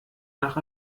nach